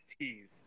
teas